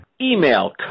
Email